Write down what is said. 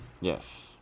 Yes